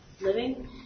living